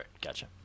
Gotcha